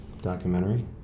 documentary